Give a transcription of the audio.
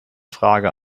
frage